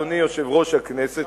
אדוני יושב-ראש הכנסת.